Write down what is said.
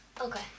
Okay